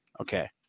Okay